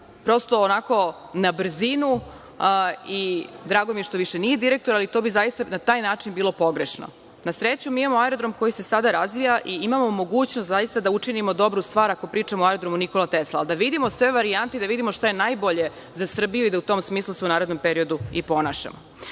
aerodrom, onako, na brzinu, i drago mi je što više nije direktor, jer bi to na taj način zaista bilo pogrešno. Na sreću, mi imamo aerodrom koji se sada razvija i imamo mogućnost da učinimo dobru stvar, ako pričamo o Aerodromu Nikola Tesla, ali, da vidimo sve varijante i da vidimo šta je najbolje za Srbiju i da se u tom smislu u narednom periodu i ponašamo. Ovde